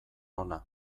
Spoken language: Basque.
hona